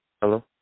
Hello